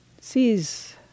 sees